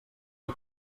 que